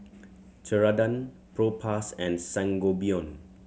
Ceradan Propass and Sangobion